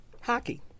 hockey